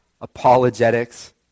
apologetics